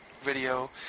video